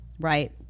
right